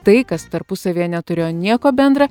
tai kas tarpusavyje neturėjo nieko bendra